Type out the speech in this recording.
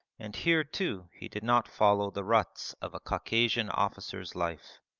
and here, too, he did not follow the ruts of a caucasian officer's life.